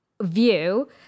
view